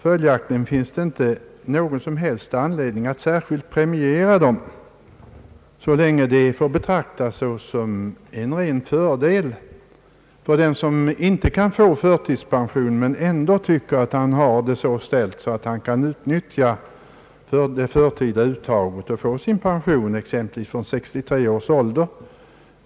Följaktligen finns det inte någon som helst anledning att särskilt premiera dem, så länge det får betraktas såsom en ren fördel för den som inte kan få förtidspension men ändå tycker att han har det så ställt att han kan utnyttja det förtida uttaget och få sin pension exempelvis från 63 års ålder.